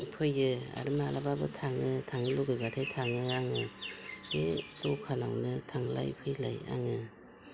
फैयो आरो माब्लाबाबो थाङो थांनो लुबैब्लाथाय थाङो आङो बे दखानावनो थांलाय फैलाय आङो